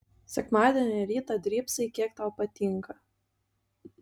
sekmadienio rytą drybsai kiek tau patinka